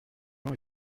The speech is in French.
gens